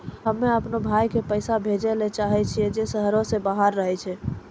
हम्मे अपनो भाय के पैसा भेजै ले चाहै छियै जे शहरो से बाहर रहै छै